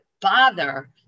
bother